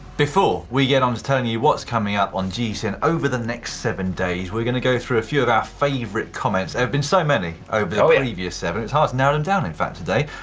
before we get on to telling you what's coming up on gcn over the next seven days, we're going to go through a few of our favorite comments. there've been so many over the previous seven, it's hard to narrow them down in fact today.